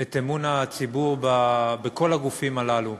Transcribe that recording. את אמון הציבור בכל הגופים הללו.